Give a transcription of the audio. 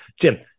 Jim